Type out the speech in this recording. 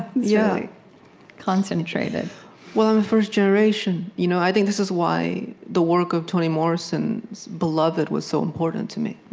yeah concentrated well, i'm a first generation. you know i think this is why the work of toni morrison's beloved was so important to me,